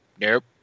nope